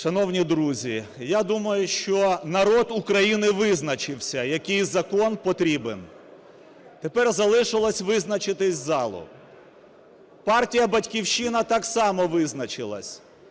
Шановні друзі, я думаю, що народ України визначився, який закон потрібен, тепер залишилось визначитись залу. Партія "Батьківщина" так само визначилась.